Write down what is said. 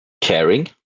caring